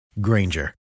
Granger